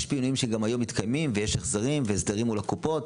יש פינויים שגם היום מתקדמים ויש החזרים והסדרים מול הקופות,